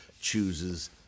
chooses